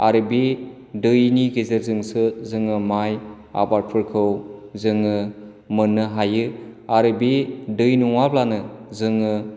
आरो बे दैनि गेजेरजोंसो जोङो माय आबादफोरखौ जोङो मोननो हायो आरो बे दै नङाब्लानो जोङो